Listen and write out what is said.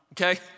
okay